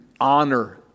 honor